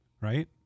right